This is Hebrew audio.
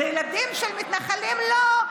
וילדים של מתנחלים לא,